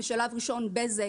בשלב ראשון בזק,